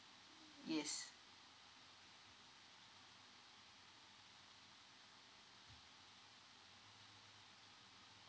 yes